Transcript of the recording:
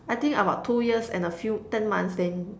I think about two years and a few ten months then